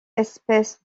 espèce